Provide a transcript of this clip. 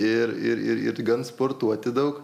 ir ir ir gan sportuoti daug